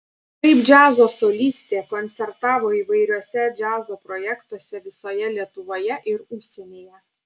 kaip džiazo solistė koncertavo įvairiuose džiazo projektuose visoje lietuvoje ir užsienyje